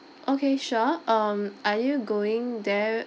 okay sure um are you going there